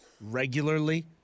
regularly